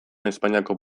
espainiako